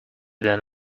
than